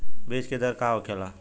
बीज के दर का होखेला?